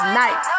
night